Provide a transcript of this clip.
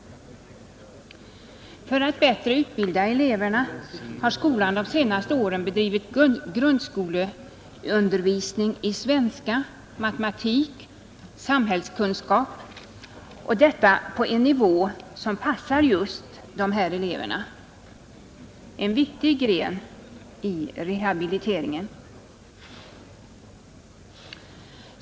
För att bättre utbilda eleverna har skolan de senaste åren bedrivit grundskoleundervisning i svenska, matematik och samhällskunskap, och detta på en nivå som passar just dessa elever, en viktig gren i rehabiliteringen.